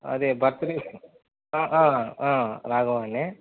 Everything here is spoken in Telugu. అది బర్త్డే రాఘవనే